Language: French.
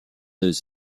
deux